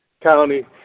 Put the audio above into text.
County